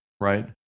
right